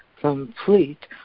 complete